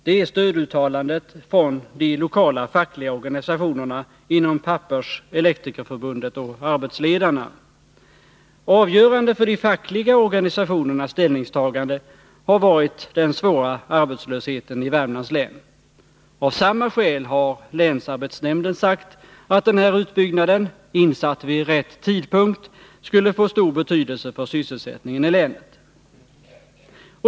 Det är stöduttalandet från de lokala fackliga organisationerna inom Pappers, Elektrikerförbundet och Arbetsledareförbundet. Avgörande för de fackliga organisationernas ställningstagande har varit den svåra arbetslösheten i Värmlands län. Av samma skäl har länsarbetsnämnden sagt att den aktuella utbyggnaden, insatt vid rätt tidpunkt, skulle få stor betydelse för sysselsättningen i länet.